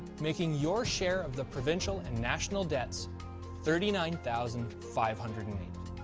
making your share of the provincial and national debts thirty nine thousand five hundred and eight